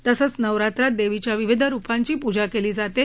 तसंच नवरात्रात देवीच्या विविध रुपांची पूजा केली जाते